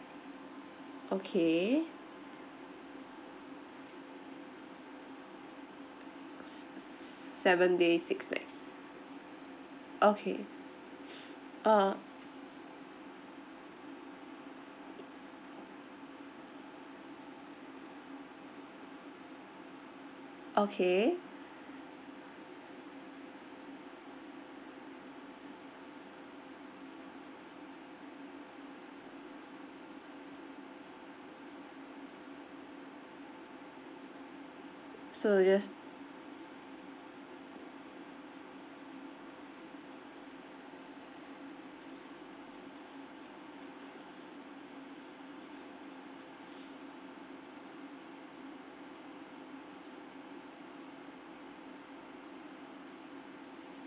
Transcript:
okay s~ s~ s~ seven days six nights okay uh okay so you just